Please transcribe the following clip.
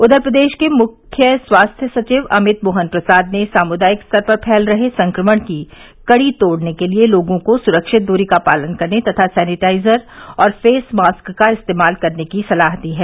उधर प्रदेश के मुख्य स्वास्थ्य सचिव अमित मोहन प्रसाद ने सामुदायिक स्तर पर फैल रहे संक्रमण की कड़ी तोड़ने के लिए लोगों को सुरक्षित दूरी का पालन करने तथा सैनीटाइजर और फेस मास्क का इस्तेमाल करने की सलाह दी है